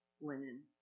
linen